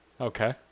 Okay